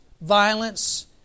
violence